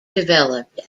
developed